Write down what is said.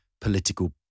political